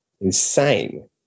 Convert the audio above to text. insane